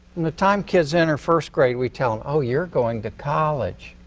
the time kids enter first grade we tell them oh, you're going to college.